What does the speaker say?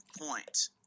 point